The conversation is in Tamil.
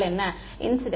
மாணவர்இன்சிடென்ட்